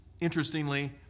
interestingly